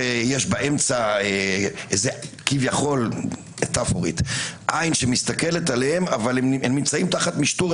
יש באמצע כביכול עין שמסתכלת עליהם מטאפורית אבל הם תחת משטור.